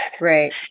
Right